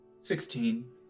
Sixteen